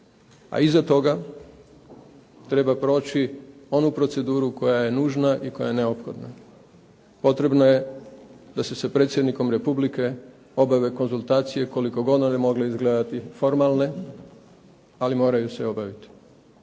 a iza toga treba proći onu proceduru koja je nužna i koja je neophodna. Potrebno je da se sa predsjednikom Republike obave konzultacije koliko god one mogle izgledati formalne, ali moraju se obaviti.